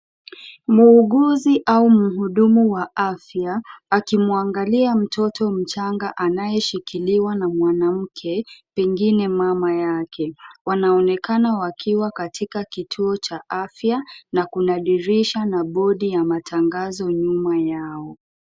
Muuguzi au mhudumu wa afya akimuangalia mtoto mchanga anayeshikiliwa na mwanamke, pengine mama yake, wanaonekana wakiwa katika kituo cha afya na kuna dirisha na bodi ya matangazo nyuma yao.